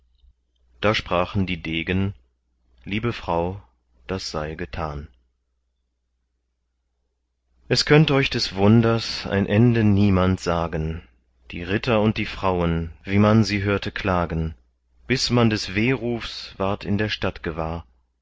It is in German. da sprachen die degen liebe frau das sei getan es könnt euch des wunders ein ende niemand sagen die ritter und die frauen wie man sie hörte klagen bis man des wehrufs ward in der stadt gewahr